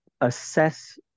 assess